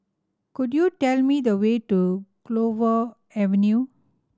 could you tell me the way to Clover Avenue